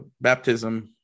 baptism